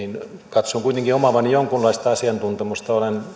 katson kuitenkin omaavani jonkinlaista asiantuntemusta